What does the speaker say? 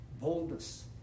boldness